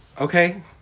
okay